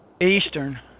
Eastern